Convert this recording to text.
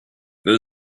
there